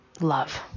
love